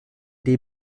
dai